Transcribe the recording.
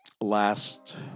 last